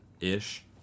ish